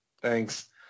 Thanks